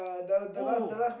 oh